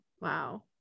Wow